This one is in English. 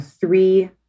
three